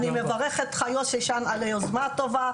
אני מברכת אותך יוסי שיין על היוזמה הטובה.